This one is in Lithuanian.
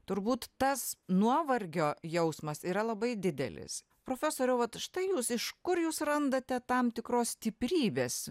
turbūt tas nuovargio jausmas yra labai didelis profesoriau vat štai jūs iš kur jūs randate tam tikros stiprybės